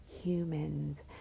humans